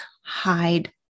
hide